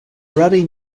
already